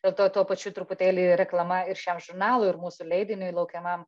be to tuo pačiu truputėlį reklama ir šiam žurnalui ir mūsų leidiniui laukiamam